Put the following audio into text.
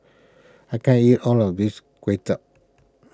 I can't eat all of this Kuay Chap